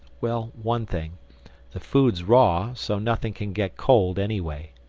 well, one thing the food's raw, so nothing can get cold anyway.